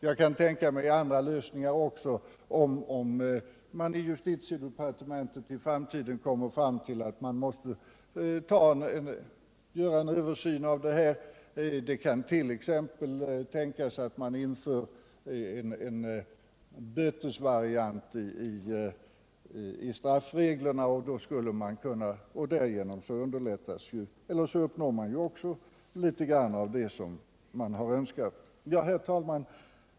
Jag kan tänka mig andra lösningar än reservanternas, om man i justitiedepartementet i framtiden kommer fram till att en översyn behöver göras. Det kan t.ex. tänkas att man inför en bötesvariant i straffreglerna. Därigenom uppnår man litet mer av det man önskat i åtalseftergiftshänseende. ; Herr talman!